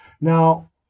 Now